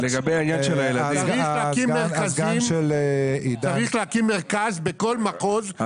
צריך להקים מרכז בכל מחוז שיטפל.